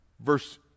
Verse